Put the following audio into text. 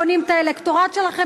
אני יודעת שאתם בונים את האלקטורט שלכם,